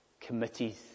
committees